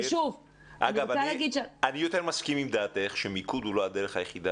ואני מסכים עם דעתך שמיקוד הוא לא הדרך היחידה